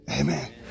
Amen